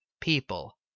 people